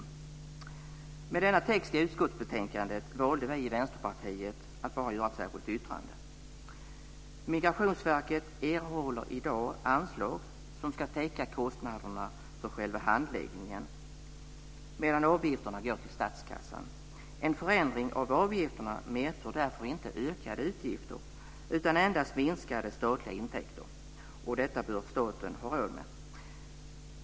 Med tanke på denna text i utskottsbetänkandet valde vi i Vänsterpartiet att bara ha ett särskilt yttrande. Migrationsverket erhåller i dag anslag som ska täcka kostnaderna för själva handläggningen medan avgifterna går till statskassan. En förändring av avgifterna medför därför inte ökade utgifter utan endast minskade statsliga intäkter. Detta bör staten ha råd med.